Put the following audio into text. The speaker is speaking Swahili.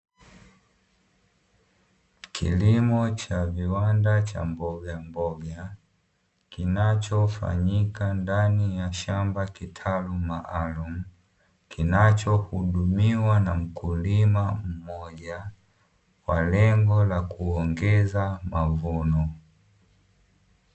Kilimo cha viwanda cha mbogamboga kinachofanyika ndani ya shamba kitalu maalumu kinachohudumiwa na mkulima mmoja kwa lengo la kuongeza mavuno.